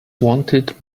wanted